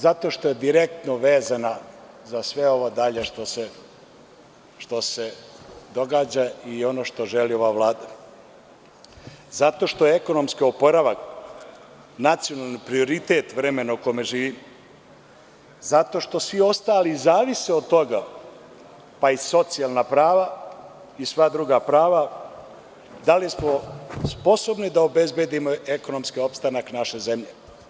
Zato što je direktno vezana za sve ovo dalje što se događa i ono što želi ova Vlada, zato što je ekonomski oporavak nacionalni prioritet vremena u kojem živimo, zato što svi ostali zavise od toga, pa i socijalna prava i sva druga prava, da li smo sposobni da obezbedimo ekonomski opstanak naše zemlje.